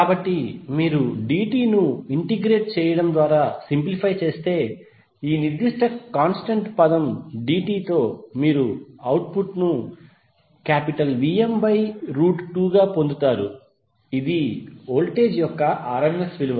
కాబట్టి మీరు dt ను ఇంటిగ్రేట్ చేయడం ద్వారా సింప్లిఫై చేస్తే ఈ నిర్దిష్ట కాంస్టెంట్ పదం dt తో మీరు అవుట్పుట్ ను Vm2గా పొందుతారు ఇది వోల్టేజ్ యొక్క rms విలువ